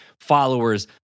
followers